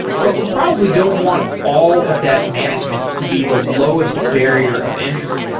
but we'd probably don't want all of that management to be the lowest barrier of entry.